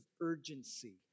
urgency